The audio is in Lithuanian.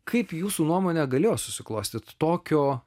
kaip jūsų nuomone galėjo susiklostyt tokio